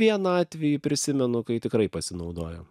vieną atvejį prisimenu kai tikrai pasinaudojo